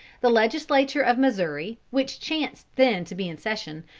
the legislature of missouri, which chanced then to be in session,